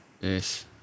Yes